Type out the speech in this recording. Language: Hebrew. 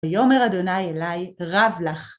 ויאמר אדוני אלי רב לך.